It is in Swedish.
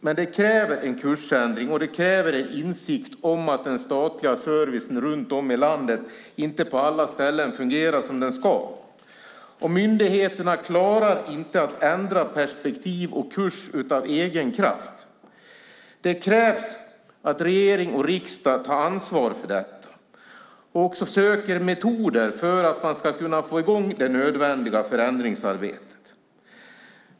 Men det kräver en kursändring och en insikt om att den statliga servicen runt om i landet inte på alla ställen fungerar som den ska. Myndigheterna klarar inte att ändra perspektiv och kurs av egen kraft. Det krävs att regering och riksdag tar ansvar för det och söker metoder för att man ska kunna få i gång det nödvändiga förändringsarbetet.